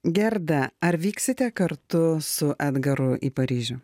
gerda ar vyksite kartu su edgaru į paryžių